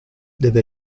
deve